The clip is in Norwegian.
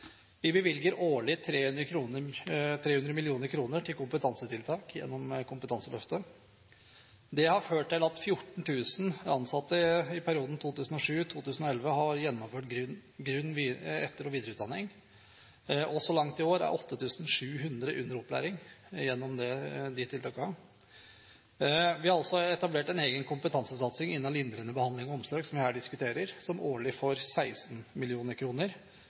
Vi bevilger årlig 300 mill. kr til kompetansetiltak gjennom Kompetanseløftet 2015. Det har ført til at 14 000 ansatte i perioden 2007–2011 har gjennomført grunn-, etter- og videreutdanning. Så langt i år er 8 700 under opplæring gjennom de tiltakene. Vi har etablert en egen kompetansesatsing innen lindrende behandling og omsorg, som vi her diskuterer, som årlig får 16